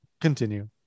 continue